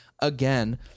again